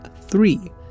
three